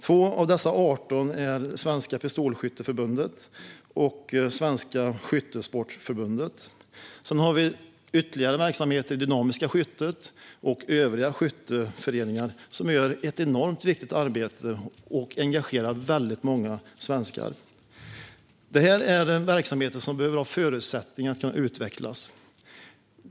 Två av dessa arton är Svenska Pistolskytteförbundet och Svenska Skyttesportförbundet. Sedan har vi ytterligare verksamheter inom det dynamiska skyttet och övriga skytteföreningar som gör ett enormt viktigt arbete och engagerar många svenskar. Detta är verksamheter som behöver ha förutsättningar för att utvecklas.